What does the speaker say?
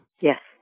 Yes